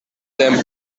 temple